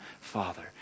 father